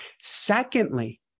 Secondly